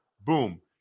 Boom